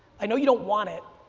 i know you don't want it.